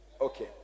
Okay